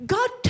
God